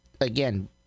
again